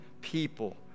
people